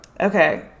okay